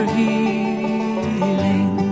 healing